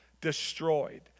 destroyed